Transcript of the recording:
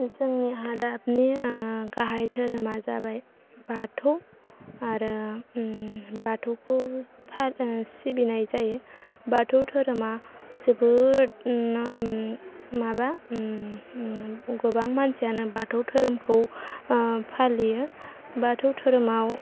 जोंनि हादाबनि गाहाय धोरोमा जाबाय बाथौ आरो बाथौखौ सिबिनाय जायो बाथौ धोरोमा जोबोद माबा गोबां मानसियानो बाथौ धोरोमखौ फालियो बाथौ धोरोमाव